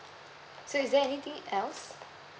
so is there anything else